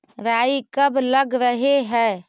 राई कब लग रहे है?